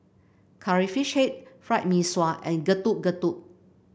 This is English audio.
Curry Fish Head Fried Mee Sua and Getuk Getuk